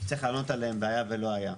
שצריך לענות עליהם בהיה ולא היה,